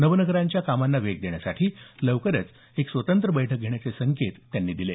नवनगरांच्या कामांना वेग देण्यासाठी लवकरच एक स्वतंत्र बैठक घेण्याचे संकेत त्यांनी दिले